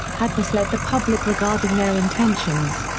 had misled the public regarding their intentions.